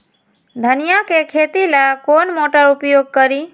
धनिया के खेती ला कौन मोटर उपयोग करी?